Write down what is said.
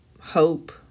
hope